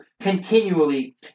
continually